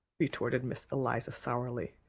retorted miss eliza sourly,